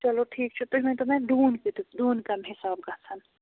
چلو ٹھیٖک چھُ تُہۍ ؤنۍتو مےٚ ڈوٗنۍ کۭتِس ڈوٗنۍ کَمہِ حِسابہٕ گژھَن